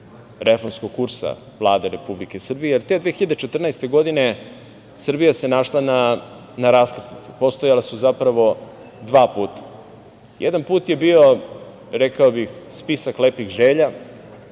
reformskog kursa Vlade Republike Srbije, jer se te 2014. godine Srbija našla na raskrsnici. Postojala su zapravo dva puta. Jedan put je bio, rekao bih, spisak lepih želja,